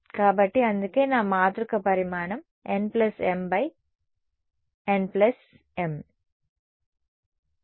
కాబట్టి అందుకే నా మాతృక పరిమాణం n m × n m